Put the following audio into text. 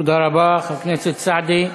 תודה רבה, חבר הכנסת סעדי.